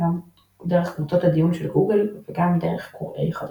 דרך קבוצות הדיון של גוגל וגם דרך קוראי חדשות.